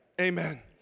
Amen